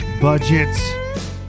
Budgets